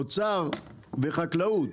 אוצר וחקלאות,